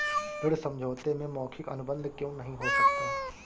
ऋण समझौते में मौखिक अनुबंध क्यों नहीं हो सकता?